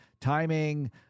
Timing